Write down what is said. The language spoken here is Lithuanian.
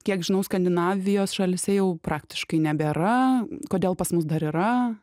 kiek žinau skandinavijos šalyse jau praktiškai nebėra kodėl pas mus dar yra